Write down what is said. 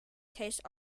tastes